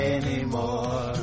anymore